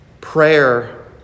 Prayer